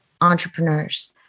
entrepreneurs